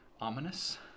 ominous